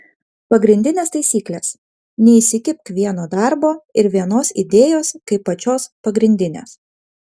pagrindinės taisyklės neįsikibk vieno darbo ir vienos idėjos kaip pačios pagrindinės